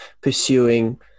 pursuing